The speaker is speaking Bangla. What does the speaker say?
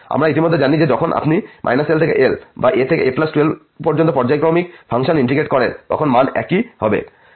এবং আমরা ইতিমধ্যেই জানি যখন আপনি l থেকে l বা a থেকে a2l পর্যন্ত পর্যায়ক্রমিক ফাংশন ইন্টিগ্রেট করেন তখন মান একই হবে